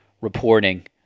reporting –